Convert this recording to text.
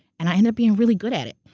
and i ended up being really good at it.